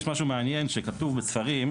יש משהו מעניין שכתוב בספרים,